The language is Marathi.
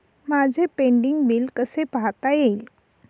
माझे पेंडींग बिल कसे पाहता येईल?